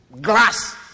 glass